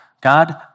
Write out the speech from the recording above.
God